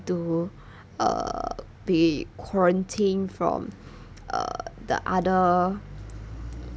to err be quarantined from uh the other